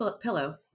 pillow